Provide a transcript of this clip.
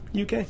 UK